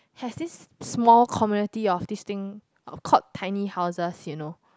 has this small community of this thing uh called tiny houses you know